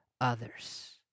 others